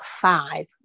five